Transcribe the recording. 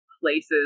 places